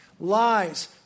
Lies